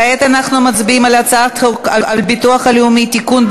כעת אנחנו מצביעים על הצעת חוק הביטוח הלאומי (תיקון,